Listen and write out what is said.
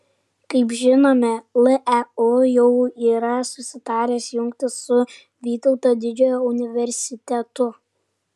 kaip žinome leu jau yra susitaręs jungtis su vytauto didžiojo universitetu